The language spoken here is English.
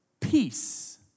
peace